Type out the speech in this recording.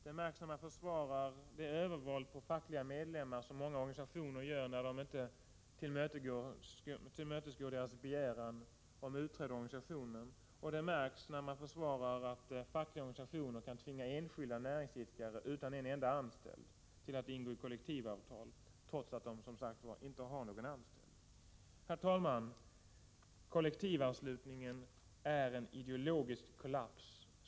Det märks när man försvarar det övervåld på fackliga medlemmar som många organisationer gör när de inte tillmötesgår medlemmarnas begäran om utträde ur organisationen, och det märks när man försvarar de fackliga organisationernas rätt att tvinga enskilda näringsidkare utan en enda anställd till att ingå i kollektivavtal, trots att dessa, som sagt, inte har någon anställd. Herr talman! Kollektivanslutningen är en ideologisk kollaps.